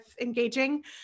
engaging